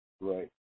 Right